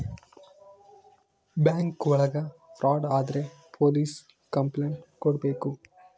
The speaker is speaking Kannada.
ಬ್ಯಾಂಕ್ ಒಳಗ ಫ್ರಾಡ್ ಆದ್ರೆ ಪೊಲೀಸ್ ಕಂಪ್ಲೈಂಟ್ ಕೊಡ್ಬೇಕು